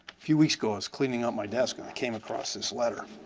few weeks ago, i was cleaning out my desk, and i came across this letter.